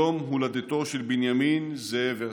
יום הולדתו של בנימין זאב הרצל.